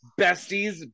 besties